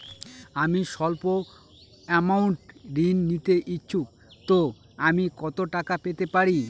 আমি সল্প আমৌন্ট ঋণ নিতে ইচ্ছুক তো আমি কত টাকা পেতে পারি?